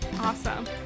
Awesome